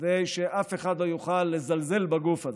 כדי שאף אחד לא יוכל לזלזל בגוף הזה,